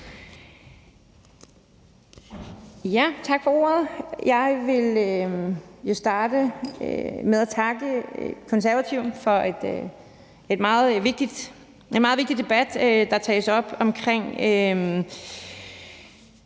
Tak for ordet. Jeg vil starte med at takke Konservative for en meget vigtig debat, der tages op, om